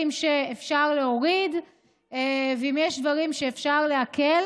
שאפשר להוריד ואם יש דברים שאפשר להקל.